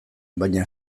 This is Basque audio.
baina